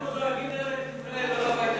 אנחנו דואגים לארץ-ישראל, לא לבית היהודי.